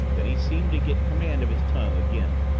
then he seemed to get command of his tongue again.